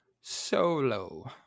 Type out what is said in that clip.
Solo